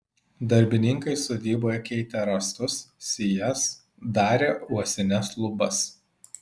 darbininkai sodyboje keitė rąstus sijas darė uosines lubas